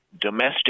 domestic